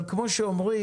אבל כמו שאומרים